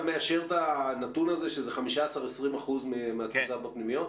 אתה מאשר את הנתון הזה שזה 15% 20% מהתפוסה בפנימיות?